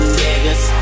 niggas